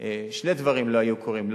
שני דברים לא היו קורים,